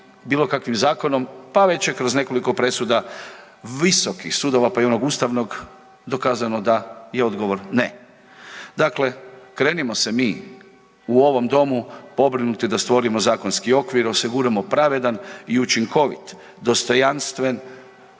bilo kakvim zakonom? Pa, već je kroz nekoliko presuda visokih sudova, pa i onog Ustavnog dokazano da je odgovor – ne. Dakle, krenimo se mi u ovom Domu pobrinuti da stvorimo zakonski okvir, osiguramo pravedan i učinkovit, dostojanstven